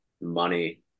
money